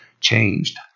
changed